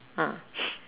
ah